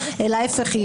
אלא להפך,